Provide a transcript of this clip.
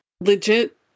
legit